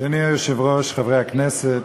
אדוני היושב-ראש, חברי הכנסת,